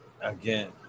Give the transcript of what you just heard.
again